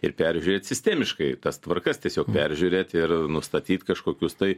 ir peržiūrėt sistemiškai tas tvarkas tiesiog peržiūrėt ir nustatyt kažkokius tai